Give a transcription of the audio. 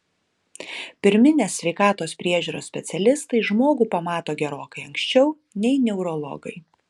pirminės sveikatos priežiūros specialistai žmogų pamato gerokai anksčiau nei neurologai